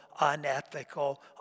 unethical